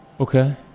Okay